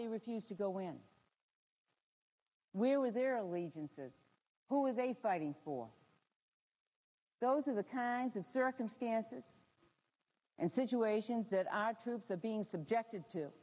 they refuse to go in where were their allegiances who were they fighting for those are the kinds of circumstances and situations that our troops are being subjected to